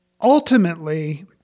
Ultimately